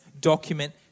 document